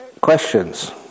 questions